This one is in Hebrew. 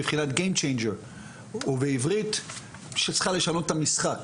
בבחינת כך שצריכה לשנות את המשחק,